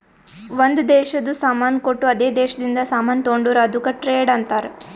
ಒಂದ್ ದೇಶದು ಸಾಮಾನ್ ಕೊಟ್ಟು ಅದೇ ದೇಶದಿಂದ ಸಾಮಾನ್ ತೊಂಡುರ್ ಅದುಕ್ಕ ಟ್ರೇಡ್ ಅಂತಾರ್